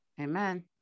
Amen